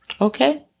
Okay